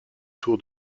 tour